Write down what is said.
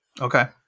Okay